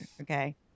okay